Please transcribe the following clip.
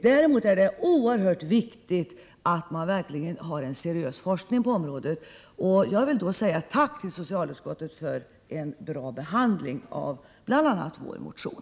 Däremot är det oerhört viktigt att man verkligen har en seriös forskning på området. Jag vill säga tack till socialutskottet för en bra behandling av bl.a. vår motion.